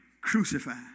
crucified